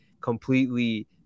completely